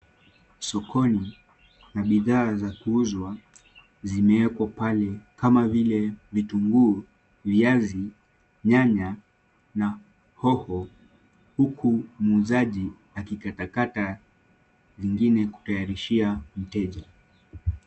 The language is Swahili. Sokoni na bidhaa za kuuzwa zimewekwa pale kama vile vitunguu, viazi, nyanya na hoho. Huku muuzaji akikatakata lingine kutayarishia mteja.